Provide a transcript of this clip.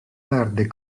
perde